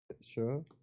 sure